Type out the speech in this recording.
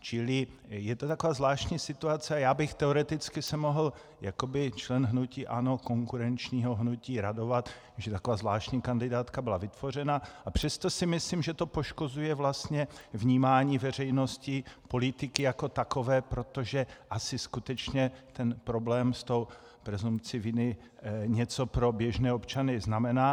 Čili je to taková zvláštní situace a já bych se teoreticky mohl jako člen hnutí ANO, konkurenčního hnutí, radovat, že taková zvláštní kandidátka byla vytvořena, a přesto si myslím, že to vlastně poškozuje vnímání veřejnosti politiky jako takové, protože asi skutečně ten problém s tou presumpcí viny něco pro běžné občany znamená.